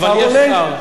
אבל יש שר.